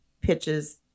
pitches